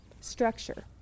structure